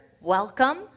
welcome